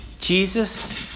Jesus